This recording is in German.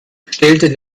stellte